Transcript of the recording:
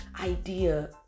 idea